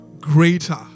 greater